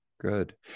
good